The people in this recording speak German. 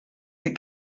sie